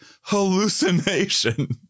hallucination